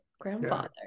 grandfather